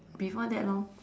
before that lor